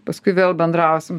paskui vėl bendrausim